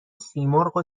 سیمرغ